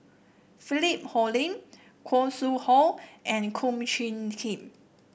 Philip Hoalim Khoo Sui Hoe and Kum Chee Kin